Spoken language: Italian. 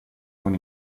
con